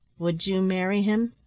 would you marry him?